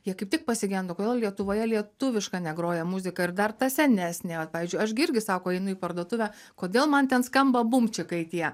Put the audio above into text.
jie kaip tik pasigenda o kodėl lietuvoje lietuviška negroja muzika ir dar senesnė vat pavyzdžiui aš gi irgi sako einu į parduotuvę kodėl man ten skamba bumčikai tie